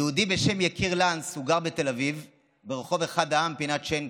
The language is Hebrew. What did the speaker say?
יהודי בשם יקיר לנץ גר בתל אביב ברחוב אחד העם פינת שינקין.